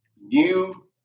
new